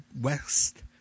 West